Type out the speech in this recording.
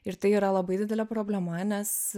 ir tai yra labai didelė problema nes